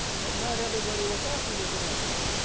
but not everybody was happy with the message,